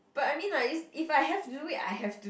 but I mean like it's if I have to do it I have to